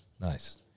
Nice